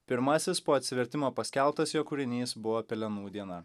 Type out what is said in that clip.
pirmasis po atsivertimo paskelbtas jo kūrinys buvo pelenų diena